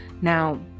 Now